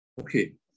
Okay